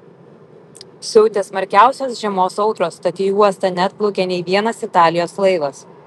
siautė smarkiausios žiemos audros tad į uostą neatplaukė nė vienas italijos laivas